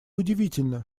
удивительно